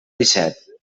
disset